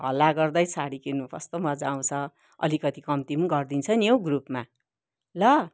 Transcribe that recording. हल्ला गर्दै सारी किन्नु कस्तो मजा आउँछ अलिकति कम्ती पनि गरिदिन्छ नि औ ग्रुपमा ल